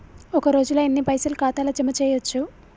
ఒక రోజుల ఎన్ని పైసల్ ఖాతా ల జమ చేయచ్చు?